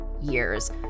years